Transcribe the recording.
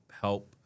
help